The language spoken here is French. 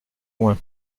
loin